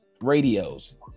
radios